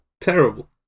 terrible